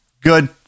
Good